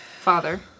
Father